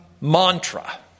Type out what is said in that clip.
mantra